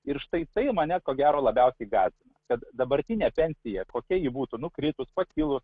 ir štai tai mane ko gero labiausiai gąsdina kad dabartinė pensija kokia ji būtų nukritus pakilus